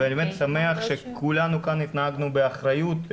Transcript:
ואני באמת שמח שכולנו כאן התנהגנו באחריות,